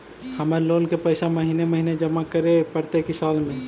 हमर लोन के पैसा महिने महिने जमा करे पड़तै कि साल में?